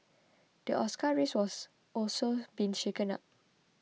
the Oscar race was also been shaken up